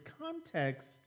context